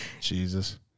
Jesus